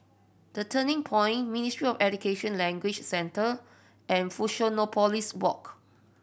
The Turning Point Ministry of Education Language Centre and Fusionopolis Walk